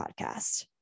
podcast